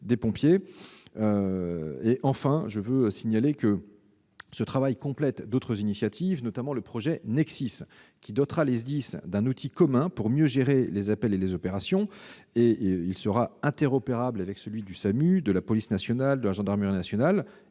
des pompiers. Ce travail complète d'autres initiatives, notamment le projet NexSIS, qui dotera les SDIS d'un outil commun pour mieux gérer les appels et les opérations. Interopérable avec celui du SAMU, de la police nationale et de la gendarmerie nationale,